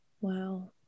Wow